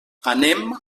anem